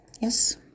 Yes